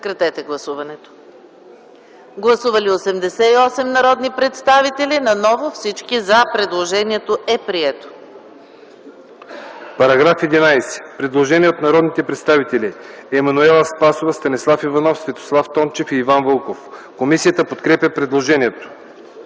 Комисията подкрепя предложението.